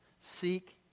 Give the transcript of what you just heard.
seek